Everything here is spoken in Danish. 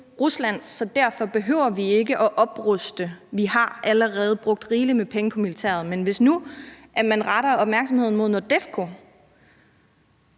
Ruslands, så derfor behøver vi ikke at opruste – vi har allerede brugt rigeligt med penge på militæret. Men hvis nu man retter opmærksomheden mod NORDEFCO,